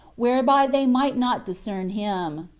whereby they might not discern him.